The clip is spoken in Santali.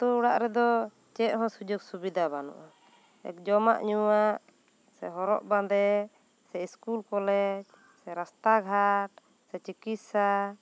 ᱟᱛᱳ ᱚᱲᱟᱜ ᱨᱮ ᱫᱚ ᱪᱮᱫ ᱦᱚᱸ ᱥᱩᱡᱚᱜᱽ ᱥᱩᱵᱤᱫᱷᱟ ᱵᱟᱹᱱᱩᱜᱼᱟ ᱡᱚᱢᱟᱜ ᱧᱩᱣᱟᱜ ᱥᱮ ᱦᱚᱨᱚᱜ ᱵᱟᱸᱫᱮ ᱥᱮ ᱤᱥᱠᱩᱞ ᱠᱚᱞᱮᱡᱽ ᱨᱟᱥᱛᱟ ᱜᱷᱟᱴ ᱥᱮ ᱪᱤᱠᱤᱛᱥᱟ